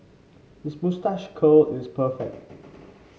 his moustache curl is perfect